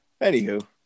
Anywho